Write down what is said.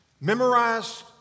Memorize